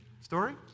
story